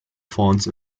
fonts